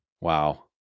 Wow